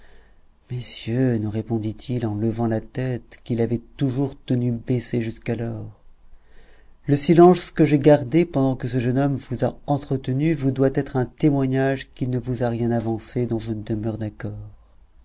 messieurs nous répondit-il en levant la tête qu'il avait toujours tenue baissée jusqu'alors le silence que j'ai gardé pendant que ce jeune homme vous a entretenu vous doit être un témoignage qu'il ne vous a rien avancé dont je ne demeure d'accord